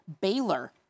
Baylor